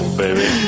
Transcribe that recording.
baby